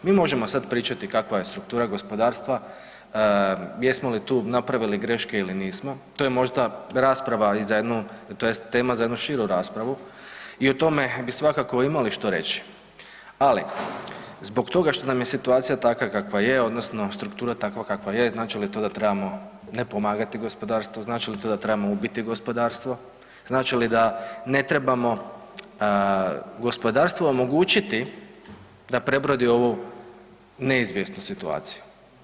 Mi možemo sad pričati kakve je struktura gospodarstva, jesmo li tu napravili greške ili nismo, to je možda rasprava i za jednu tj. tema za jednu širu raspravu i o tome bi svakako imali što reći, ali zbog toga što nam je situacija takva kakva je odnosno struktura takva kakva je, znači li to da trebamo ne pomagati gospodarstvo, znači li to da trebamo ubiti gospodarstvo, znači li da ne trebamo gospodarstvu omogućiti da prebrodi ovu neizvjesnu situaciju?